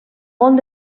molt